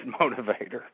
motivator